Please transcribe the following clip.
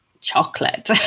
chocolate